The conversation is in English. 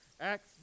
Acts